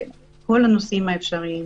כל הנושאים האפשריים.